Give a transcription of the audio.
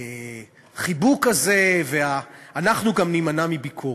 החיבוק הזה, אנחנו גם נימנע מביקורת.